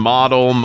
Model